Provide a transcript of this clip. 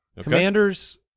Commanders